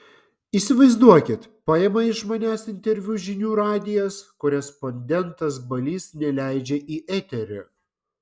įsivaizduokit paima iš manęs interviu žinių radijas korespondentas balys neleidžia į eterį